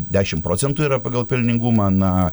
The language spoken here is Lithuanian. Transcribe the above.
dešim procentų yra pagal pelningumą na